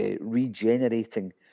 regenerating